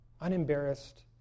Unembarrassed